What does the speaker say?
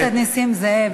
חבר הכנסת נסים זאב,